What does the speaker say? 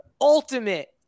ultimate